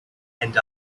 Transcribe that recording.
and